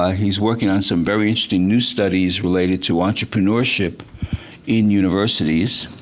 ah he's working on some very interesting new studies related to entrepreneurship in universities.